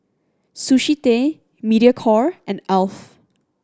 Sushi Tei Mediacorp and Alf